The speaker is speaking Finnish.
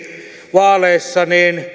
vaaleissa